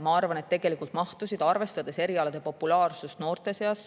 Ma arvan, et tegelikult tuleks mahtusid, arvestades erialade populaarsust noorte seas,